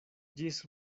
ĝis